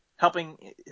Helping